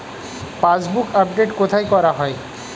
Passbook update কোথায় করা হয়?